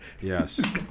Yes